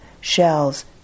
Shells